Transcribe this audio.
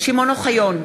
שמעון אוחיון,